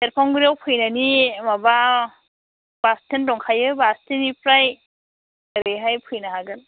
सेरफांगुरियाव फैनायनि माबा बास्टेन्द दंखायो बास्टेननिफ्राय ओरैहाय फैनो हागोन